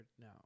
now